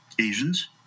Asians